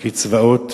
הקצבאות,